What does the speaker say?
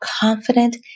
confident